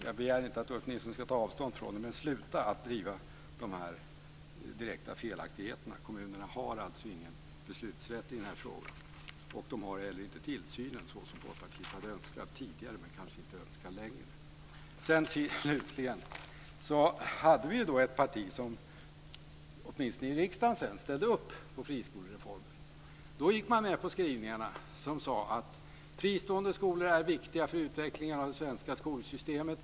Jag begär inte att Ulf Nilsson ska ta avstånd från det men sluta att driva de här direkta felaktigheterna! Kommunerna har alltså ingen beslutsrätt i frågan och heller inte tillsynen så som Folkpartiet tidigare önskat men kanske inte längre önskar. Sedan var det ett parti som åtminstone i riksdagen sedan ställde upp på friskolereformen. Då gick man med på skrivningar där det sades: Fristående skolor är viktiga för utvecklingen av det svenska skolsystemet.